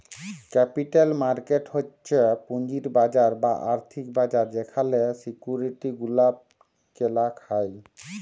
capital market হচ্ছ পুঁজির বাজার বা আর্থিক বাজার যেখালে সিকিউরিটি গুলা কেলা হ্যয়